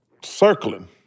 circling